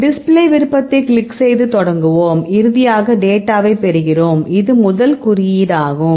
display விருப்பத்தை click செய்து தொடங்குவோம் இறுதியாக டேட்டாவை பெறுகிறோம் அது முதல் குறியீடாகும்